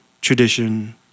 tradition